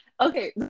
okay